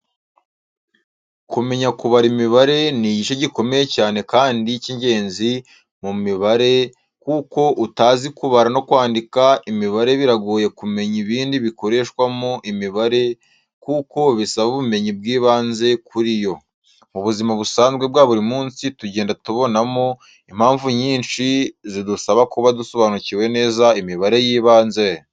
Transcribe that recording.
Kumenya kubara imibare ni igice gikomeye cyane kandi cy'ingenzi mu mibare kuko utazi kubara no kwandika imibare biragoye kumenya ibindi bikoreshwamo imibare kuko bisaba ubumenyi bw'ibanze kuri yo. Mu buzima busanzwe bwa buri munsi tugenda tubonamo impamvu nyinshi zidusaba kuba dusobanukiwe neza imibare y'ibanze.